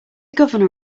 governor